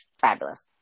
fabulous